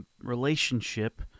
relationship